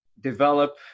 Develop